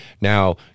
Now